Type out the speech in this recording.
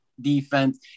defense